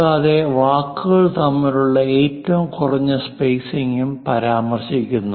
കൂടാതെ വാക്കുകൾ തമ്മിലുള്ള ഏറ്റവും കുറഞ്ഞ സ്പെയ്സിംഗും പരാമർശിക്കുന്നു